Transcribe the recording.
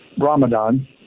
Ramadan